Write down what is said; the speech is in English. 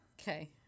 Okay